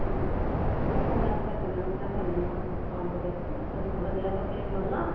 ହଁ ଭଲ ଲାଗୁଥିଲା ତେଲ ମସଲା ଭଲ କମ ପକାଇଥିଲା ସବୁ ଭଲ ଦେହ ପକ୍ଷେ ବି ଭଲ